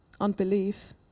unbelief